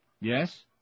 Yes